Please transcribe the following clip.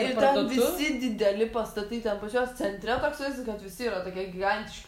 ir ten visi dideli pastatai ten pas juos centre toks jausmas kad visi yra tokie gigantiški